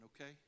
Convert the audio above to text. okay